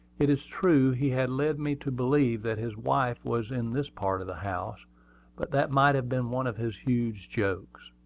it is true he had led me to believe that his wife was in this part of the house but that might have been one of his huge jokes.